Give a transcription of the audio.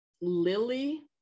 Lily